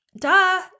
Duh